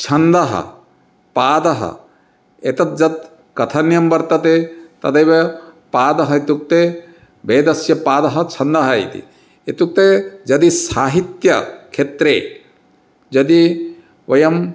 छन्दः पादौ एतत् यत् कथनीयं वर्तते तदेव पादः इत्युक्ते वेदस्य पादः छन्दः इति इत्युक्ते यदि साहित्यक्षेत्रे यदि वयम्